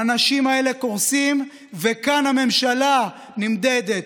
האנשים האלה קורסים, וכאן הממשלה נמדדת.